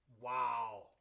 Wow